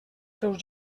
seus